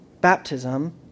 baptism